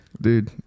Dude